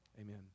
Amen